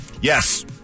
yes